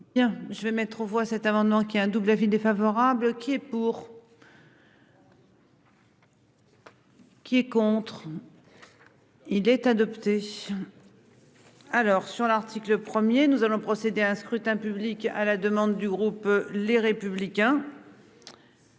je vais mettre aux voix cet amendement qui a un double avis défavorable qui est pour.-- Qui est contre. Il est adopté.-- Alors sur l'article 1er, nous allons procéder à un scrutin public, à la demande du groupe les républicains.